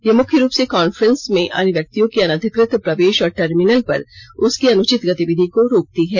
यह मुख्य रूप से कान्फ्रेंस में अन्य व्यक्तियों के अनधिकृत प्रवेश और टर्मिनल पर उसकी अनुचित गतिविधि को रोकती है